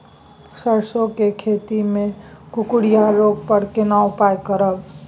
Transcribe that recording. सरसो के खेती मे कुकुरिया रोग पर केना उपाय करब?